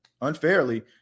unfairly